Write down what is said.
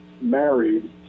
married